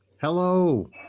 Hello